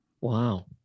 Wow